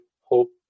hope